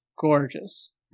gorgeous